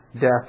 death